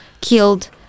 killed